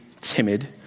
timid